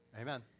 Amen